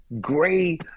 gray